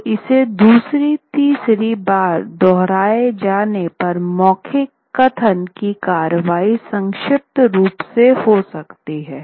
तो इसे दूसरी तीसरी बार दोहराएं जाने पर मौखिक कथन की कार्रवाई संक्षिप्त रूप में हो सकती है